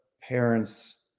parents